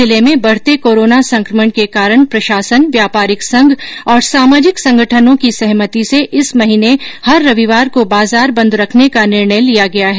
जिले में बढ़ते कोरोना संकमण के कारण प्रशासन व्यापारिक संघ और सामाजिक संगठनों की सहमति से इस महीने हर रविवार को बाजार बंद रखने का निर्णय लिया गया है